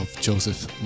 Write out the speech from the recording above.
Joseph